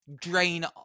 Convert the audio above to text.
drain